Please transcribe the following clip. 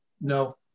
no